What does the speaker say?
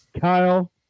Kyle